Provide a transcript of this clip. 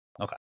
Okay